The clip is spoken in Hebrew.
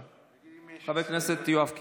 בבקשה, חבר הכנסת יואב קיש.